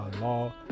law